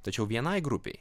tačiau vienai grupei